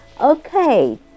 Okay